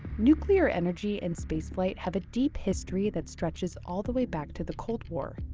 nuclear energy and space flight have a deep history that stretches all the way back to the cold war.